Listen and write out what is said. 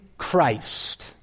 Christ